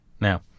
Now